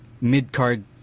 Mid-card